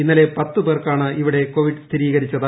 ഇന്നലെ പത്തു പേർക്കാണ് ഇവിടെ കോവിഡ് സ്ഥിരീകരിച്ചത്